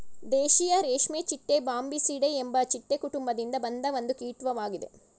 ದೇಶೀಯ ರೇಷ್ಮೆಚಿಟ್ಟೆ ಬಾಂಬಿಸಿಡೆ ಎಂಬ ಚಿಟ್ಟೆ ಕುಟುಂಬದಿಂದ ಬಂದ ಒಂದು ಕೀಟ್ವಾಗಿದೆ